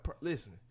listen